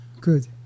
Good